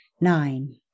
nine